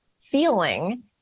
feeling